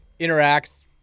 interacts